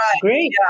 Great